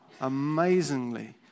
amazingly